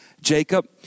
Jacob